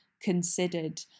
considered